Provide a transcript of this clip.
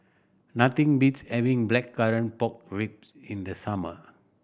nothing beats having Blackcurrant Pork Ribs in the summer